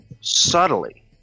subtly